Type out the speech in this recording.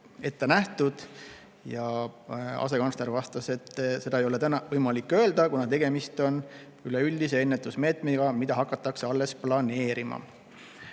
ette nähtud, ja asekantsler vastas, et seda ei ole praegu võimalik öelda, kuna tegemist on üleüldise ennetusmeetmega, mida hakatakse alles planeerima.